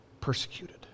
persecuted